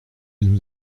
nous